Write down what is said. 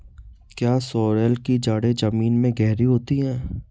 क्या सोरेल की जड़ें जमीन में गहरी होती हैं?